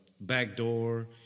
backdoor